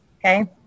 Okay